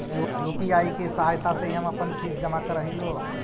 UPI की सहायता से ही हम अपन फीस जमा करअ हियो